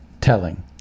telling